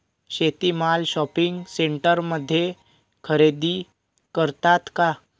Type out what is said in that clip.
शेती माल शॉपिंग सेंटरमध्ये खरेदी करतात का?